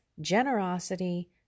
generosity